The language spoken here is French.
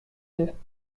deux